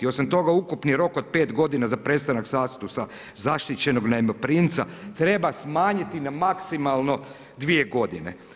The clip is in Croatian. Osim toga, ukupni rok od 5 godina za prestanak statusa zaštićenog najmoprimca treba smanjiti na maksimalno dvije godine.